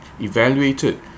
evaluated